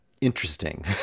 interesting